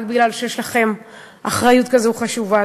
רק כי יש לכם אחריות כזו חשובה.